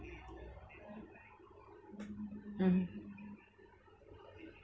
mmhmm